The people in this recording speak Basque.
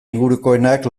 ingurukoenak